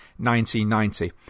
1990